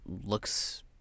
looks